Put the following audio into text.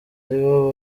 aribo